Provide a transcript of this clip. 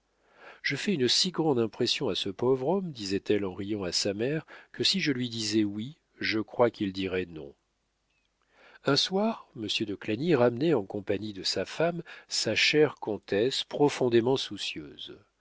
je fais une si grande impression à ce pauvre homme disait-elle en riant à sa mère que si je lui disais oui je crois qu'il dirait non un soir monsieur de clagny ramenait en compagnie de sa femme sa chère comtesse profondément soucieuse